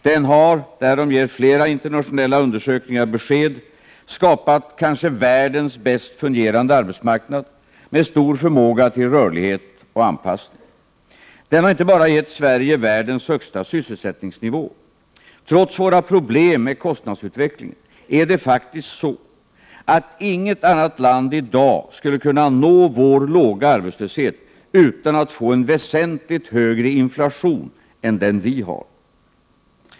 Den har — därom ger flera internationella undersökningar besked — skapat kanske världens bäst fungerande arbetsmarknad med stor förmåga till rörlighet och anpassning. Den har inte bara gett Sverige världens högsta sysselsättningsnivå. Trots våra problem med kostnadsutvecklingen är det faktiskt så, att inget annat land i dag skulle kunna nå vår låga arbetslöshet utan att få en väsentligt högre inflation än den vi har.